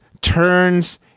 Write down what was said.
turns